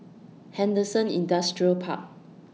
Henderson Industrial Park